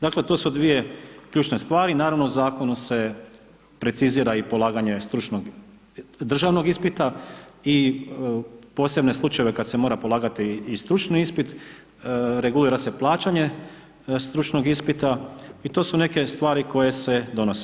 Dakle to su dvije ključne stvari i naravno zakonom se precizira i polaganje stručnog državnog ispita i posebne slučajeve kada se mora polagati i stručni ispit, regulira se plaćanje stručnog ispita i to su neke stvari koje se donose.